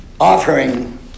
offering